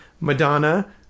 Madonna